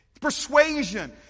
Persuasion